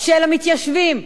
של המתיישבים.